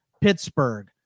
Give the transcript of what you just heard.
Pittsburgh